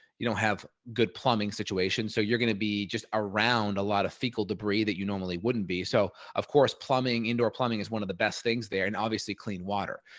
you don't have good plumbing situation. so you're going to be just around a lot of people debris that you normally wouldn't be. so of course, plumbing, indoor plumbing is one of the best things there and obviously clean water.